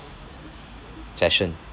session